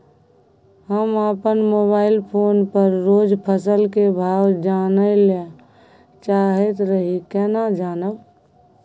हम अपन mobile phone पर रोज फसल के भाव जानय ल चाहैत रही केना जानब?